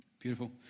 Beautiful